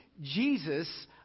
Jesus